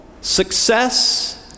success